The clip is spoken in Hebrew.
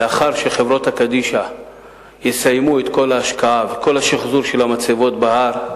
לאחר שחברות הקדישא יסיימו את כל ההשקעה וכל השחזור של המצבות בהר,